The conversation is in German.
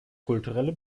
kulturelle